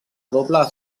doble